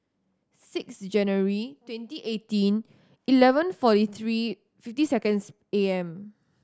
six January twenty eighteen eleven forty three fifty seconds A M